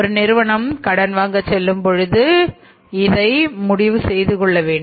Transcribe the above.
ஒரு நிறுவனம் கடன் வாங்கச் செல்லும் பொழுதே இதை முடிவு செய்து கொள்ள வேண்டும்